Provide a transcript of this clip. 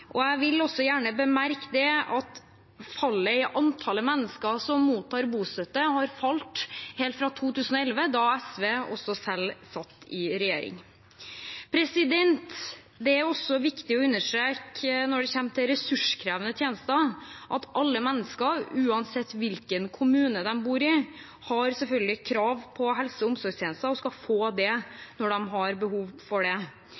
annet. Jeg vil også gjerne bemerke at antallet mennesker som mottar bostøtte, har falt helt fra 2011, da SV selv satt i regjering. Det er også viktig å understreke når det gjelder ressurskrevende tjenester, at alle mennesker, uansett hvilken kommune de bor i, selvfølgelig har krav på helse- og omsorgstjenester, og skal få det når de har behov for det